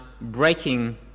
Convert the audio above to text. breaking